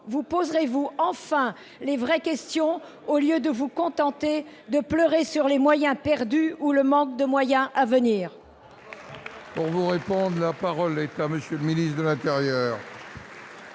vous poserez-vous enfin les vraies questions, au lieu de vous contenter de pleurer sur les moyens perdus ou le manque de moyens à venir ?